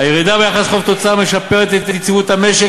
הירידה ביחס חוב תוצר משפרת את יציבות המשק